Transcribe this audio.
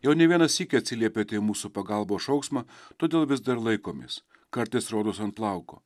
jau ne vieną sykį atsiliepėte į mūsų pagalbos šauksmą todėl vis dar laikomės kartais rodos ant plauko